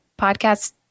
podcast